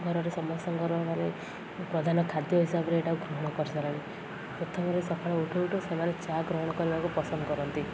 ଘରର ସମସ୍ତଙ୍କର ମାନେ ପ୍ରଧାନ ଖାଦ୍ୟ ହିସାବରେ ଏଇଟାକୁ ଗ୍ରହଣ କରିସାରିଲେଣି ପ୍ରଥମରେ ସକାଳୁ ଉଠୁ ଉଠୁ ସେମାନେ ଚା ଗ୍ରହଣ କରିବାକୁ ପସନ୍ଦ କରନ୍ତି